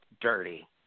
dirty